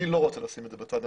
אני לא רוצה לשים את זה בצד.